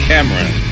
Cameron